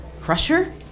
Crusher